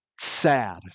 sad